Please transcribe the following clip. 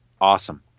Awesome